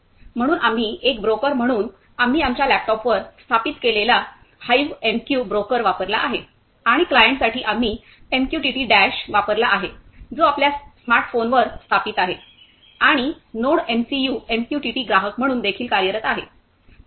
म्हणून आम्ही एक ब्रोकर म्हणून आम्ही आमच्या लॅपटॉपवर स्थापित केलेला हाईवएमक्यू ब्रोकर वापरला आहे आणि क्लायंटसाठी आम्ही एमक्यूटीटी डॅश वापरला आहे जो आपल्या स्मार्ट फोनवर स्थापित आहे आणि नोडएमसीयू एमक्यूटीटी ग्राहक म्हणून देखील कार्यरत आहे